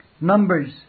Numbers